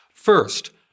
First